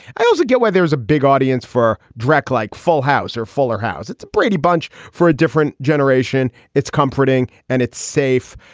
i also get why there's a big audience for dreck like full house or fuller house. it's a brady bunch for a different generation. it's comforting and it's safe.